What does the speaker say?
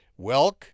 Welk